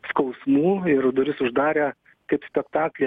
skausmų ir duris uždarę kaip spektaklį